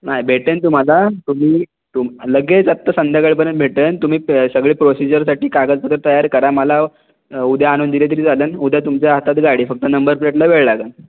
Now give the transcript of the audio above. नाही भेटेन तुम्हाला तुम्ही लगेच आत्ता संध्यकाळपर्यंत भेटेल तुम्ही सगळे प्रोसिजरसाठी कागदपत्र तयार करा मला उद्या आणून दिले तरी चालेल उद्या तुमच्या हातात गाडी फक्त नंबरप्लेटला वेळ लागेल